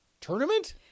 Tournament